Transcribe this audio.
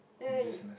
no no you